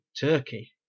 turkey